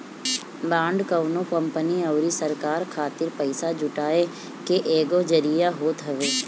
bond कवनो company अउरी सरकार खातिर पईसा जुटाए के एगो जरिया होत हवे